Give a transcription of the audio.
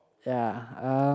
ya uh